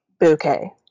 bouquet